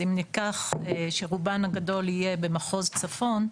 אם ניקח שרובן הגדול יהיה במחוז צפון,